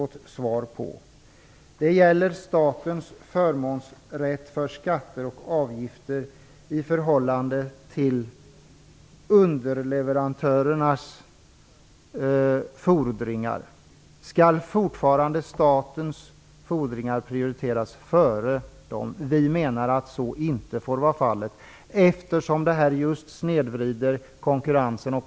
Det gäller för det första statens förmånsrätt i fråga om skatter och avgifter i förhållande till underleverantörernas fordringar. Skall statens fordringar fortfarande prioriteras före underleverantörernas? Vi menar att det inte får vara så, eftersom det snedvrider konkurrensen.